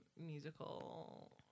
musical